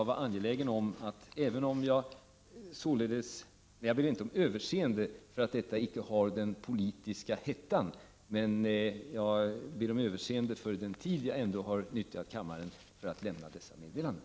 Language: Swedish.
Jag ber inte om överseende för att detta inte har den politiska hettan, men jag ber om överseende för den tid jag ändå har tagit i anspråk för att lämna kammaren dessa meddelanden.